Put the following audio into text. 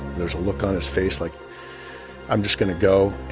there's a look on his face like i'm just going to go